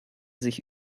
sich